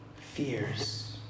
fears